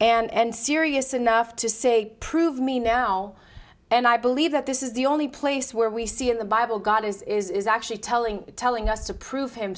and serious enough to say prove me now and i believe that this is the only place where we see in the bible god is actually telling telling us to prove him